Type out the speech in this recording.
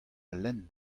lenn